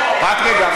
רק רגע,